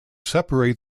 separate